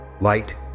light